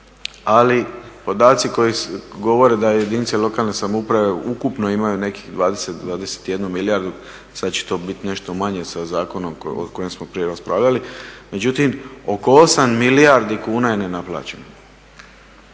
ali podaci koji govore da jedinice lokalne samouprave ukupno imaju nekih 20, 21 milijardu sad će to biti nešto manje sa zakonom o kojem smo prije raspravljali. Međutim oko 8 milijardi kuna je nenaplaćeno.